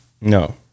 No